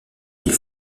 des